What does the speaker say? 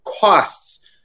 costs